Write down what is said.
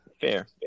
fair